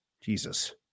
Jesus